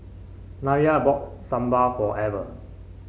Nyah bought Sambar for Ever